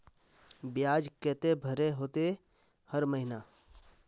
बियाज केते भरे होते हर महीना?